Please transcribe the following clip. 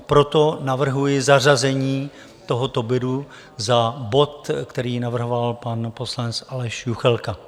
Proto navrhuji zařazení tohoto bodu za bod, který navrhoval pan poslanec Aleš Juchelka.